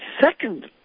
second